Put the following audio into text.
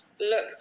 looked